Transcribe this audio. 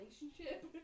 relationship